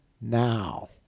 now